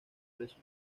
presos